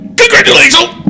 Congratulations